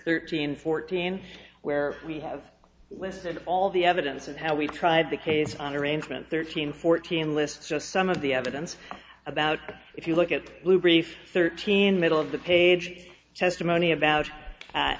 thirteen fourteen where we have listed all the evidence of how we tried the case on arrangement thirteen fourteen lists just some of the evidence about if you look at the blue brief thirteen middle of the page testimony about